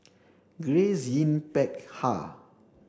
Grace Yin Peck Ha